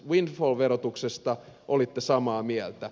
windfall verotuksesta olitte samaa mieltä